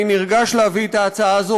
אני נרגש להביא את ההצעה הזאת,